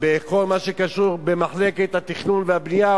בכל מה שקשור למחלקת התכנון והבנייה,